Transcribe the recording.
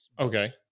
okay